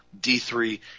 D3